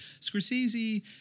Scorsese